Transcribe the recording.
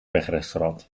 wegrestaurant